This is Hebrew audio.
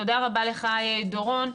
תודה רבה לך, דורון.